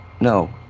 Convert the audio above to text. No